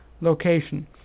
location